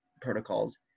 protocols